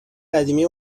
قدیمی